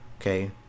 Okay